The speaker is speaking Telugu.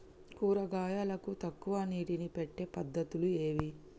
కూరగాయలకు తక్కువ నీటిని పెట్టే పద్దతులు ఏవి?